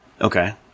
Okay